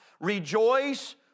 Rejoice